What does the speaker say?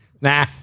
Nah